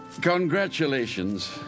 Congratulations